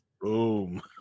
Boom